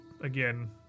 Again